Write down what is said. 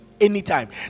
anytime